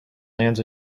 lands